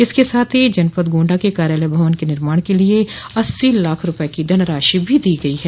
इसके साथ ही जनपद गोण्डा के कार्यालय भवन के निर्माण के लिए अस्सी लाख रूपये की राशि भी दी गई है